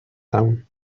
town